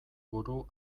buru